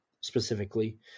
specifically